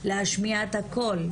להשמיע את הקול,